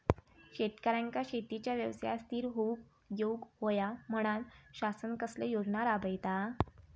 शेतकऱ्यांका शेतीच्या व्यवसायात स्थिर होवुक येऊक होया म्हणान शासन कसले योजना राबयता?